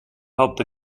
helped